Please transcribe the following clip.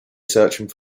searching